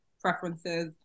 preferences